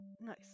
Nice